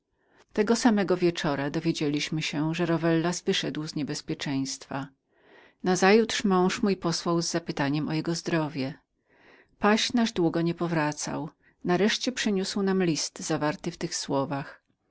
tego samego wieczora dowiedzieliśmy się że rowellas wyszedł z niebezpieczeństwa nazajutrz mąż mój posłał z zapytaniem o jego zdrowie paź nasz długo nie powracał nareszcie przyniósł nam list zawarty w tych słowach